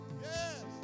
Yes